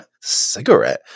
Cigarette